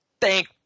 Thank